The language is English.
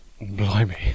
Blimey